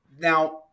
Now